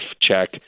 check